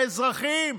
האזרחים,